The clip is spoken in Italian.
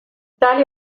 tale